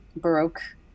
Baroque